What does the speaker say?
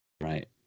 right